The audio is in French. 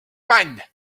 man